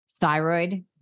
thyroid